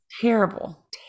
terrible